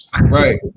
right